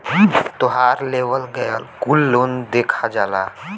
तोहार लेवल गएल कुल लोन देखा जाला